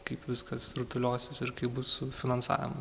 kaip viskas rutuliosis ir kaip bus su finansavimu